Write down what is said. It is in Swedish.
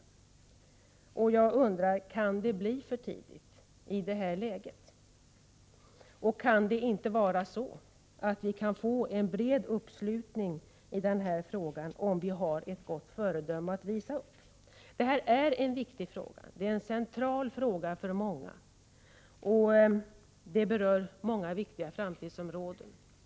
Jag undrar: Kan det bli för tidigt i det här läget? Och kan det inte vara så att vi kan få bred uppslutning från andra länder om vi har ett gott föredöme att visa upp? Det här är en viktig fråga som är central för många. Den berör många viktiga framtidsområden.